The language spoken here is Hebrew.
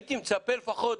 הייתי מצפה לפחות,